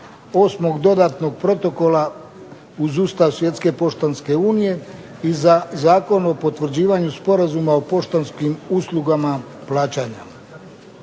Osmog dodatnog protokola uz Ustav Svjetske poštanske unije i Zakon o potvrđivanju Sporazuma o poštanskim uslugama plaćanja.